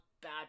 bad